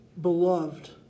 beloved